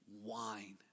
wine